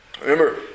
Remember